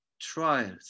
trials